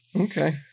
okay